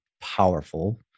powerful